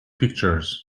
pictures